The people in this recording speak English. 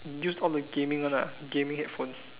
you use all the gaming one ah gaming headphones